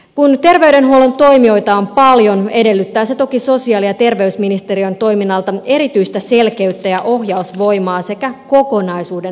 kun terveydenhuollon toimijoita on paljon edellyttää se toki sosiaali ja terveysministeriön toiminnalta erityistä selkeyttä ja ohjausvoimaa sekä kokonaisuuden hallintaa